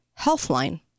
Healthline